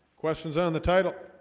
questions on the title